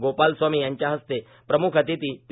गोपालस्वामी यांच्या हस्ते प्रम्ख अतिथी पी